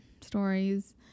stories